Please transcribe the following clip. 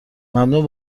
ممنون